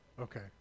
Okay